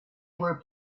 were